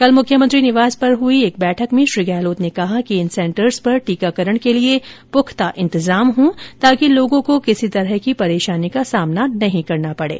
कल मुख्यमंत्री निवास पर हुई एक बैठक में श्री गहलोत ने कहा कि इन सेन्टर्स पर टीकाकरण के लिए प्रख्ता इंतजाम हों ताकि लोगों को किसी तरह की परेशानी का सामना नहीं करना पड़े